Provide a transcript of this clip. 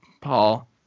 paul